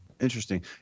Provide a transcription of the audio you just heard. Interesting